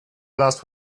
last